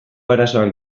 arazoak